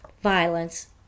violence